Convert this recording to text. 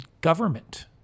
government